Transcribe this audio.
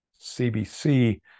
CBC